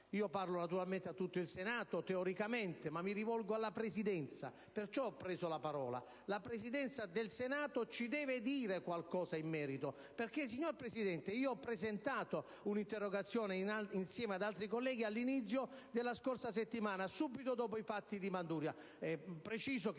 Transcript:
Parlo naturalmente a tutto il Senato, teoricamente, ma mi rivolgo alla Presidenza (perciò ho preso la parola): la Presidenza del Senato ci deve dire qualcosa in merito. Io ho presentato un'interrogazione insieme ad altri colleghi all'inizio della scorsa settimana, subito dopo i fatti di Manduria.